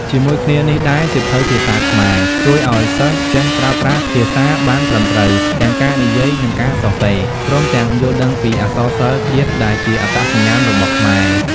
ជាមួយគ្នានេះដែរ សៀវភៅ ភាសាខ្មែរ ជួយឱ្យសិស្សចេះប្រើប្រាស់ភាសាបានត្រឹមត្រូវ ទាំងការនិយាយនិងការសរសេរ ព្រមទាំងយល់ដឹងពីអក្សរសិល្ប៍ជាតិដែលជាអត្តសញ្ញាណរបស់ខ្មែរ។